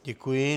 Děkuji.